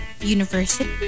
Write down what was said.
University